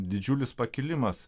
didžiulis pakilimas